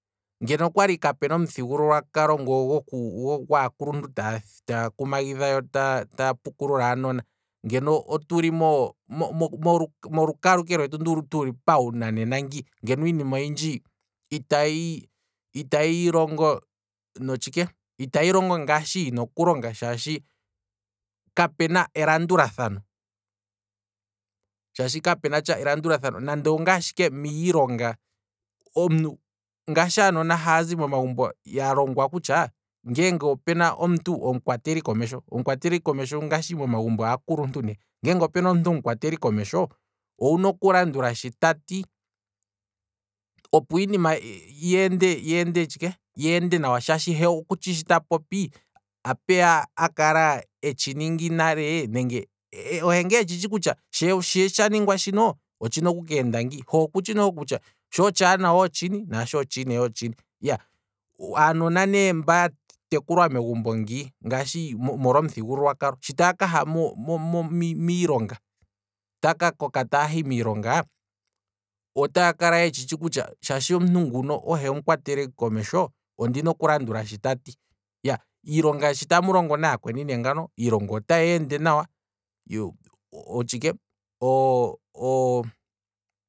Ngeno okwali kapuna omuthigululwakalo ngono gwaakuluntu taa kumagidha yo taa pukulula aanona, ngeno otuli mo- mo- molukalwa ike lwetu ndoka tuli pawu nanena ngi, ngeno iinima oyindji itayi longo notshike, itayi longo ngaashi yina okulonga, shaashi kapuna elandulathano, nande ongaashi ike miilonga, omuntu ngaashi aanona hazi momagumbo ya longwa kutya ngeenge opena omuntu omukwateli komesho ngaashi momagumbo aakuluntu ne, ngeenge opena omukwateli komesho owuna okulandula sho tati opo iinima yeende yeende tshike, yeende nawa shaashi he okutshi shi tapopi, a peya akala hetshi ningi nale ohe ngaa etshitshi kutya shee tshaningwa shino, otshina oku keenda ngiini, he okutshi nale kutya sho tshaanawa otshini sho tshinayi otshini, aanona ne mba ya tekulwa megumbo ngii, ngaashi molwa omuthigululwa kalo, shi taa kaha mi- mi- miilonga taa kakoka taahi miilonga otaa kala yeshishi kutya shaashi omuntu nguno ohe omukwateli komesho ondina okulandula sho tati, shi tamu longo naya kweni nee ngano iilonga otayi ende nawa, otshike